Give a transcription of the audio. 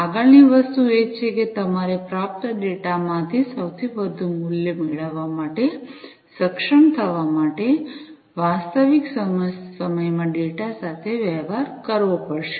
આગળની વસ્તુ એ છે કે તમારે પ્રાપ્ત ડેટામાંથી સૌથી વધુ મૂલ્ય મેળવવા માટે સક્ષમ થવા માટે વાસ્તવિક સમયમાં ડેટા સાથે વ્યવહાર કરવો પડશે